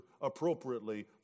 appropriately